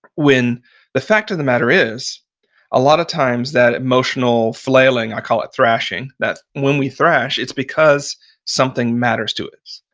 when the fact of the matter is a lot of times that emotional flailing, i call it thrashing, that when we thrash it's because something matters to us.